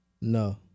No